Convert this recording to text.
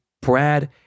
Brad